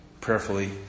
prayerfully